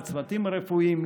בצוותים הרפואיים,